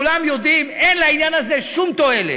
כולם יודעים, אין בעניין הזה שום תועלת.